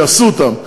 שיעשו אותן,